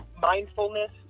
mindfulness